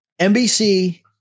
NBC